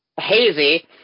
hazy